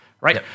right